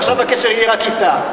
ועכשיו הקשר יהיה רק אתה.